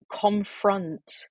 confront